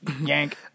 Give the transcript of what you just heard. yank